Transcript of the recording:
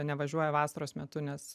nevažiuoja vasaros metu nes